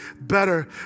better